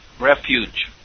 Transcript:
refuge